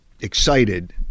excited